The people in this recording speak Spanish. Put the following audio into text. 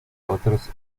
otros